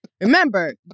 Remember